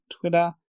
Twitter